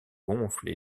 gonfle